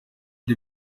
the